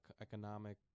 economic